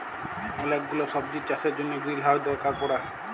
ওলেক গুলা সবজির চাষের জনহ গ্রিলহাউজ দরকার পড়ে